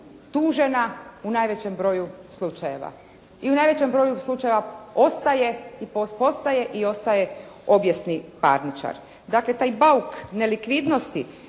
tužena u najvećem broju slučajeva. I u najvećem broju slučajeva postaje i ostaje obijesni parničar. Dakle, taj bauk nelikvidnosti